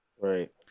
Right